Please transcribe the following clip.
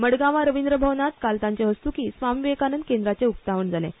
मडगवां रविंद्र भवनांत काल तांचे हस्त्कीं स्वामी विवेकानंद केंद्राचें उक्तावण जालें